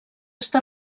està